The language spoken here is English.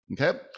okay